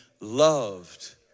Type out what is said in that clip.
loved